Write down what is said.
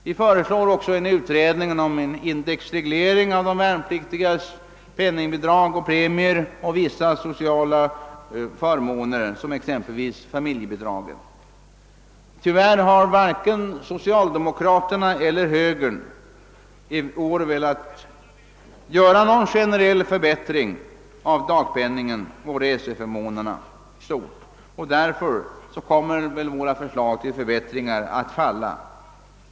Vi föreslår också en utredning om indexreglering av de värnpliktigas penningbidrag, premier och vissa sociala förmåner, exempelvis familjebidraget. Tyvärr har varken socialdemokraterna eller högern i år velat vara med om någon generell förbättring av dagpenningen och reseförmånerna. Därför kommer väl våra förslag till förbättringar att falla.